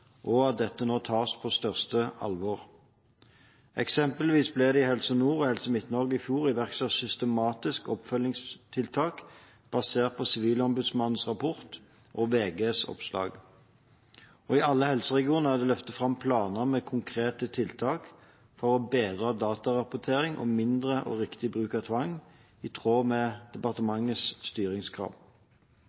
og at dette nå tas på største alvor. Eksempelvis ble det i Helse Nord og Helse Midt-Norge i fjor iverksatt systematiske oppfølgingstiltak basert på Sivilombudsmannens rapport og VGs oppslag, og i alle helseregioner er det løftet fram planer med konkrete tiltak for bedre datarapportering og mindre og riktig bruk av tvang – i tråd med departementets styringskrav.